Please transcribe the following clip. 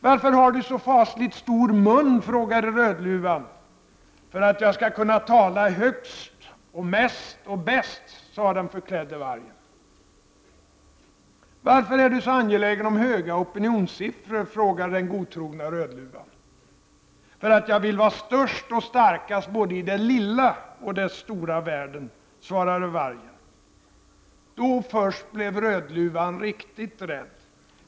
—- Varför har du så fasligt stor mun? frågade Rödluvan. — För att jag skall kunna tala högst, mest och bäst, svarade den förklädde vargen. —- Varför är du så angelägen om höga opinionssiffror? frågade den godtrogna Rödluvan. —- För att jag vill vara störst och starkast både i den lilla och i den stora världen, svarade vargen. Då först blev Rödluvan riktigt rädd.